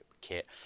kit